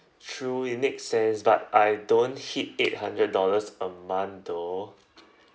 true it makes sense but I don't hit eight hundred dollars a month though